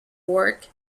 work